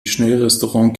schnellrestaurant